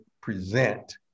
present